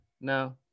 No